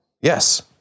Yes